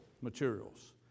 materials